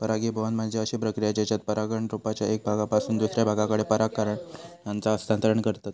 परागीभवन म्हणजे अशी प्रक्रिया जेच्यात परागकण रोपाच्या एका भागापासून दुसऱ्या भागाकडे पराग कणांचा हस्तांतरण करतत